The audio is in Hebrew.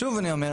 שוב אני אומר,